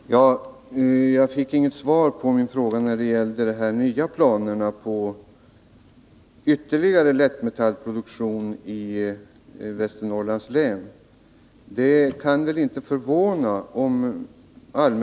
Herr talman! Jag fick inget svar på den fråga som gällde de nya planerna på ytterligare lättmetallproduktion i Västernorrlands län.